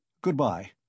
Good-bye